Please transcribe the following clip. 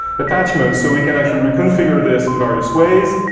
attachments so we can actually reconfigure this in various ways.